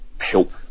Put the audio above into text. help